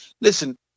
listen